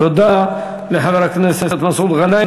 תודה לחבר הכנסת מסעוד גנאים.